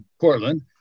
Portland